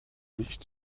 nicht